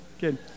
good